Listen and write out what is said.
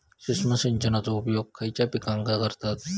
सूक्ष्म सिंचनाचो उपयोग खयच्या पिकांका करतत?